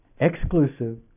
exclusive